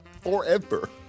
Forever